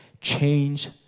Change